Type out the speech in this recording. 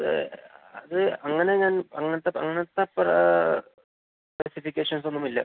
അത് അത് അങ്ങനെ ഞാൻ അങ്ങനത്തെ അങ്ങനത്തെ പേ സ്പെസിഫിക്കേഷൻസൊന്നുമില്ല